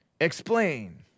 Explain